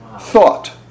thought